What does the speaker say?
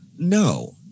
no